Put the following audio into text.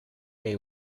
day